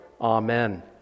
Amen